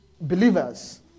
believers